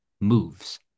moves